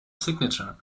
signature